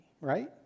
right